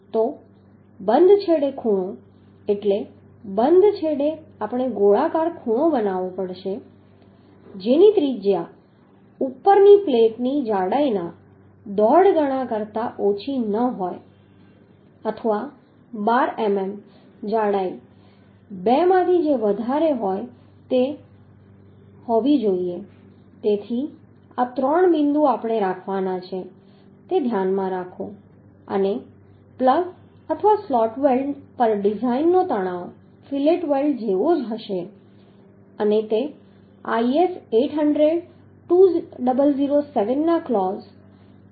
તો બંધ છેડે ખૂણો એટલે બંધ છેડે આપણે ગોળાકાર ખૂણો બનાવવો પડશે જેની ત્રિજ્યા ઉપરની પ્લેટની જાડાઈના દોઢ ગણા કરતા ઓછી ન હોય અથવા 12 મીમી જાડાઈ બેમાંથી જે વધારે હોય તે જમણી બાજુએ હોય તેથી આ ત્રણ બિંદુ આપણે રાખવાના છે તે ધ્યાનમાં રાખો અને પ્લગ અથવા સ્લોટ વેલ્ડ પર ડિઝાઈનનો તણાવ ફિલેટ વેલ્ડ જેવો જ હશે અને તે IS8002007 ના ક્લોઝ 10